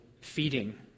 feeding